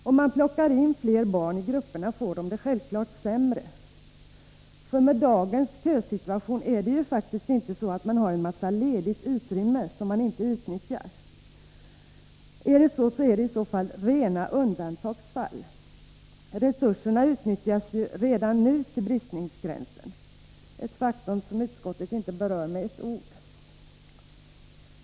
Om man tar in fler barn i grupperna får barnen det självfallet sämre, för med dagens kösituation har man faktiskt inte en massa ledigt utrymme som man inte utnyttjar — i så fall är det rena undantagsfall. Resurserna utnyttjas redan nu till bristningsgränsen. Det är ett faktum som utskottet inte berör med ett ord.